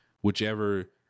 whichever